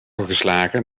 geslagen